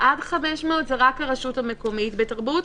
עד 500 זה רק הרשות המקומית בתרבות,